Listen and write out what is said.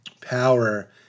power